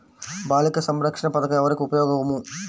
బాలిక సంరక్షణ పథకం ఎవరికి ఉపయోగము?